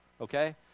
okay